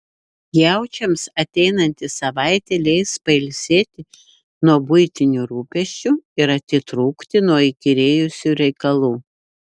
jaučiams ateinanti savaitė leis pailsėti nuo buitinių rūpesčių ir atitrūkti nuo įkyrėjusių reikalų